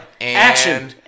Action